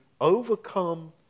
overcome